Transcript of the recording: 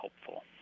helpful